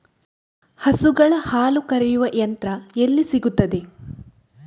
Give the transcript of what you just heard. ಹಸುಗಳ ಹಾಲು ಕರೆಯುವ ಯಂತ್ರ ಎಲ್ಲಿ ಸಿಗುತ್ತದೆ?